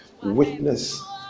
witness